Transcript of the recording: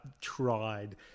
tried